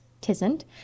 Tisn't